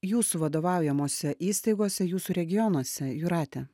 jūsų vadovaujamose įstaigose jūsų regionuose jūrate